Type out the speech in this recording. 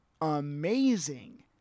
amazing